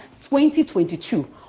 2022